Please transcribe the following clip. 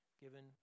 given